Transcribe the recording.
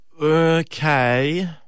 Okay